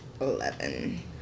eleven